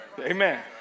Amen